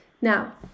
Now